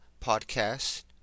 podcast